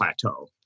plateau